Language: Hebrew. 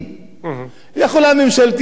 יכולה ממשלת ישראל הנאורה,